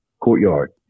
courtyard